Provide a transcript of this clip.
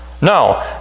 No